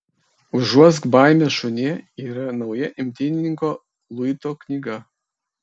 užuosk baimę šunie yra nauja imtynininko luito knyga